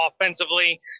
offensively